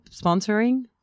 sponsoring